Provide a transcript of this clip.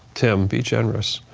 tim, be generous.